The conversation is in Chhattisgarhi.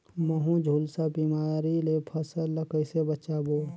महू, झुलसा बिमारी ले फसल ल कइसे बचाबो?